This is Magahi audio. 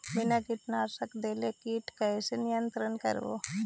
बिना कीटनाशक देले किट कैसे नियंत्रन करबै?